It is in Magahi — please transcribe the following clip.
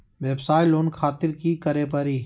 वयवसाय लोन खातिर की करे परी?